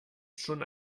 schon